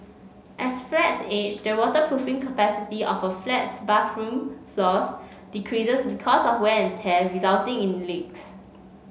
as flats age the waterproofing capacity of a flat's bathroom floors decreases because of wear and tear resulting in leaks